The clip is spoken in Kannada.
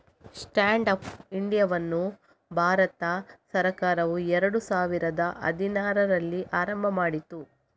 ಸ್ಟ್ಯಾಂಡ್ ಅಪ್ ಇಂಡಿಯಾವನ್ನು ಭಾರತ ಸರ್ಕಾರವು ಎರಡು ಸಾವಿರದ ಹದಿನಾರರಲ್ಲಿ ಆರಂಭ ಮಾಡಿತು